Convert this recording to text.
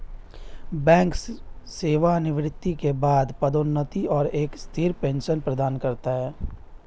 bank सेवानिवृत्ति के बाद पदोन्नति और एक स्थिर पेंशन प्रदान करता है